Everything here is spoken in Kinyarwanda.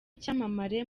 icyamamare